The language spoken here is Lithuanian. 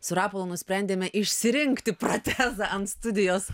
su rapolu nusprendėme išsirinkti protezą ant studijos